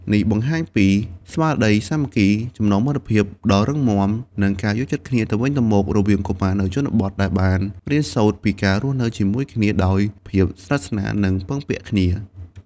នេះបង្ហាញពីស្មារតីសាមគ្គីភាព ចំណងមិត្តភាពដ៏រឹងមាំ និងការយល់ចិត្តគ្នាទៅវិញទៅមក រវាងកុមារនៅជនបទ ដែលបានរៀនសូត្រពីការរស់នៅជាមួយគ្នាដោយភាពស្និទ្ធស្នាល និងពឹងពាក់គ្នា។